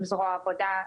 עם זרוע העבודה.